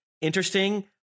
interesting